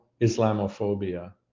Islamophobia